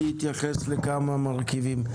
אני אתייחס לכמה מרכיבים.